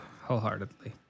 wholeheartedly